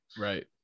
Right